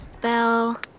Bell